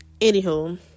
anywho